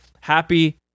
happy